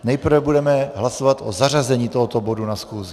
Nejprve budeme hlasovat o zařazení tohoto bodu na schůzi.